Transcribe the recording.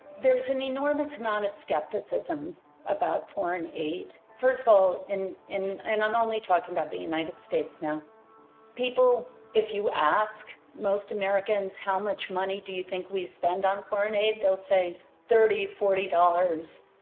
there is an enormous amount of skepticism about foreign aid first of all in, and i'm only talking about the united states now people if you ask most americans how much money do you think we spend on foreign aid they'll say thirty forty dollars